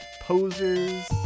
Posers